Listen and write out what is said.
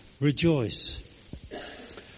rejoice